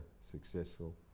successful